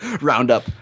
roundup